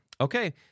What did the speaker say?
Okay